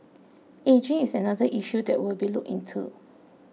ageing is another issue that will be looked into